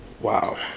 Wow